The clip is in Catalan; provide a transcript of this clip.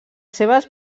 seves